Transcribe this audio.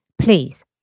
please